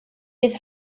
bydd